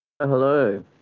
Hello